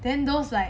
then those like